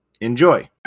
enjoy